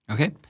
Okay